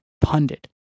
pundit